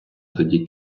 тоді